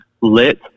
Lit